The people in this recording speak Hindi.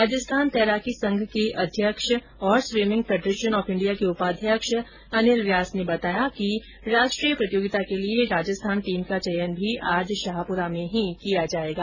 राजस्थान तैराकी संघ के अध्यक्ष और स्वीमिंग फैडरेशन ऑफ इंडिया के उपाध्यक्ष अनिल व्यास ने बताया कि राष्ट्रीय प्रतियोगिता के लिए राजस्थान टीम का चयन भी आज शाहपुरा में ही किया जाएगा